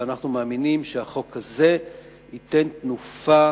אנחנו מאמינים שהחוק הזה ייתן תנופה